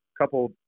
couple